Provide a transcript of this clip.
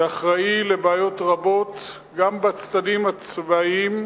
שאחראי לבעיות רבות גם בצדדים הצבאיים,